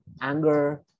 anger